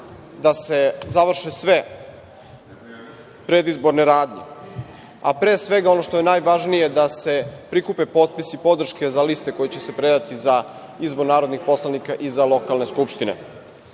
da se završe sve predizborne radnje, a pre svega, ono što je najvažnije, da se prikupe potpisi podrške za liste koje će se predati za izbor narodnih poslanika i za lokalne skupštine. Do